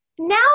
now